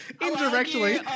indirectly